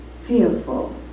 fearful